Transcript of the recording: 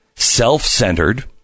self-centered